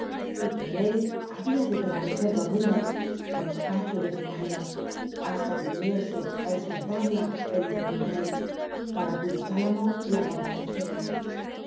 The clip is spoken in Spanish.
y que en él había de pcrmancccj dormida por espacio de cien aíio hasta que viniese á despertarla el hijo de un rey para cuyo álamo la guardaba el ciclo